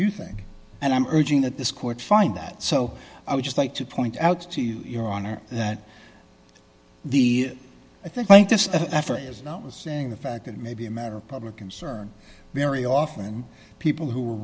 you think and i'm urging that this court find that so i would just like to point out to you your honor that the i think this effort is not was saying the fact it may be a matter of public concern very often people who were